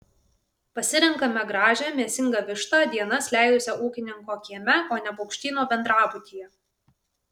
pasirenkame gražią mėsingą vištą dienas leidusią ūkininko kieme o ne paukštyno bendrabutyje